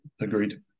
agreed